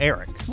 Eric